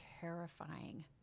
terrifying